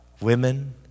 women